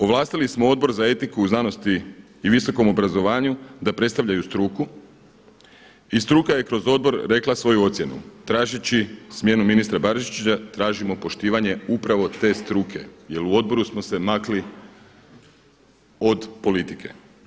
Ovlastili smo Odbor za etiku, znanost i visoko obrazovanje da predstavljaju struku i struka je kroz odbor rekla svoju ocjenu tražeći smjeni ministra Barišića tražimo poštivanje upravo te struke jer u odboru smo se makli od politike.